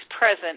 present